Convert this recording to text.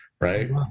right